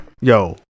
Yo